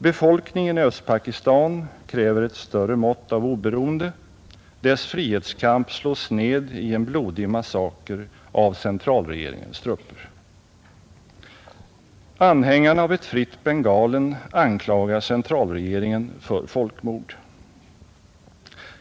Befolkningen i Östpakistan kräver ett större mått av oberoende, dess frihetskamp slås ned i en blodig massaker av centralregeringens trupper. Anhängarna av ett fritt Bengalen anklagar centralregeringen för folkmord.